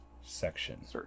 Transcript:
section